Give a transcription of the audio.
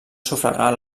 sufragar